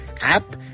app